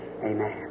Amen